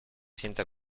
sienta